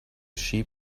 sheep